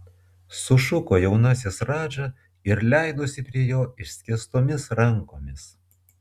sušuko jaunasis radža ir leidosi prie jo išskėstomis rankomis